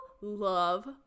love